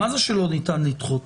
מה זה שלא ניתן לדחות?